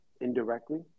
indirectly